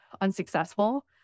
unsuccessful